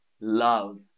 love